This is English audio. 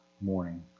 morning